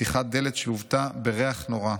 פתיחת דלת שלוותה בריח נורא,